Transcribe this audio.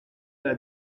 l’a